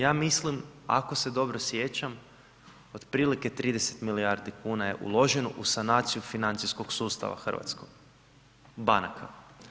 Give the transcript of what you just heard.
Ja mislim ako se dobro sjećam otprilike 30 milijardi kuna je uloženo u sanaciju financijskog sustava hrvatskog banaka.